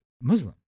Muslim